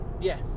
Yes